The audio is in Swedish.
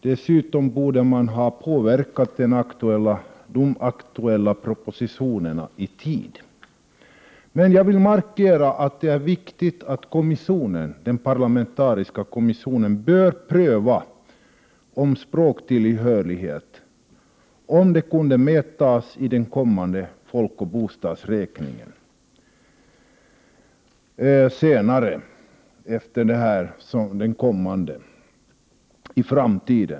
Dessutom borde man ha påverkat de aktuella propositionerna i tid. Jag vill emellertid markera att det är viktigt att den parlamentariska kommissionen få pröva om språktillhörighet kan mätas i den kommande folkoch bostadsräkningen.